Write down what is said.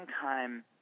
time